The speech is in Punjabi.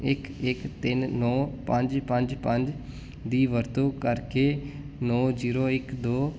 ਇੱਕ ਇੱਕ ਤਿੰਨ ਨੌਂ ਪੰਜ ਪੰਜ ਪੰਜ ਦੀ ਵਰਤੋਂ ਕਰਕੇ ਨੌਂ ਜੀਰੋ ਇੱਕ ਦੋ